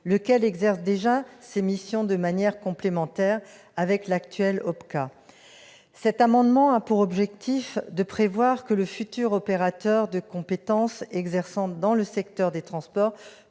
lequel exerce déjà ses missions de manière complémentaire avec l'actuel OPCA. Cet amendement prévoit que le futur opérateur de compétences exerçant dans le secteur des transports